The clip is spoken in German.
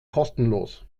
kostenlos